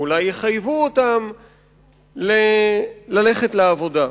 או אולי יחייבו אותם ללכת לעבודה.